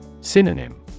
Synonym